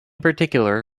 particular